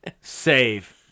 Save